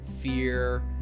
fear